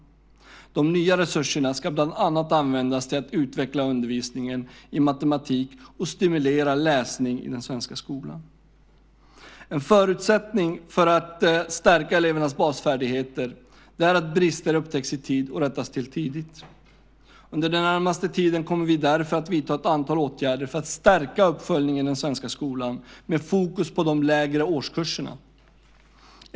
De nya resurserna ska bland annat användas till att utveckla undervisningen i matematik och stimulera läsning i den svenska skolan. En förutsättning för att stärka elevernas basfärdigheter är att brister upptäcks i tid och rättas till tidigt. Under den närmaste tiden kommer vi därför att vidta ett antal åtgärder för att stärka uppföljningen i den svenska skolan med fokus på de lägre årskurserna.